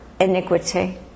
iniquity